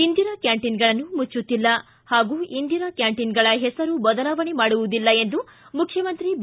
ಇಂದಿರಾ ಕ್ಯಾಂಟೀನ್ಗಳನ್ನು ಮುಚ್ಚುತ್ತಿಲ್ಲ ಹಾಗೂ ಇಂದಿರಾ ಕ್ಯಾಂಟೀನ್ಗಳ ಹೆಸರು ಬದಲಾವಣೆ ಮಾಡುವುದಿಲ್ಲ ಎಂದು ಮುಖ್ಯಮಂತ್ರಿ ಬಿ